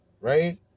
right